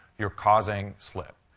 you're causing slip.